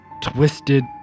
twisted